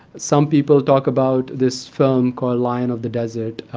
some people talk about this film called lion of the desert,